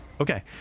okay